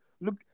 look